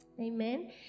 Amen